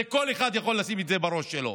את זה כל אחד יכול לשים בראש שלו: